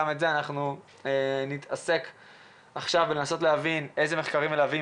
גם בזה ננסה להתעמק ולנסות להבין איזה מחקרים להביא,